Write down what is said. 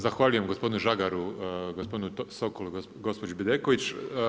Zahvaljujem gospodinu Žagaru, gospodinu Sokolu i gospođi Bedeković.